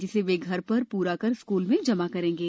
जिसे वे घर पर पूरा कर स्कूल में जमा करेंगे